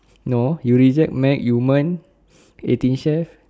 no you reject Mac yumen eighteen chef